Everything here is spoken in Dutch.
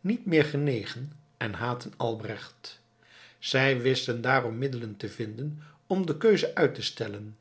niet meer genegen en haatten albrecht zij wisten daarom middelen te vinden om de keuze uit te stellen